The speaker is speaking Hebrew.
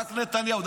רק נתניהו.